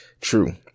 True